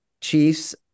Chiefs